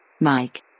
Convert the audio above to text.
Mike